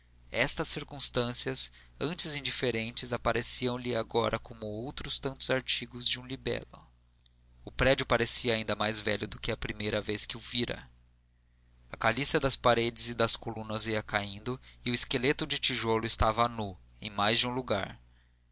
estas circunstâncias antes indiferentes apareciam lhe agora como outros tantos artigos de um libelo o prédio parecia ainda mais velho do que a primeira vez que o vira a caliça das paredes e das colunas ia caindo e o esqueleto de tijolo estava a nu em mais de um lugar